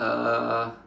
uh